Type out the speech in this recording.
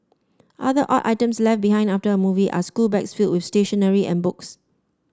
other odd items left behind after a movie are schoolbags filled with stationery and books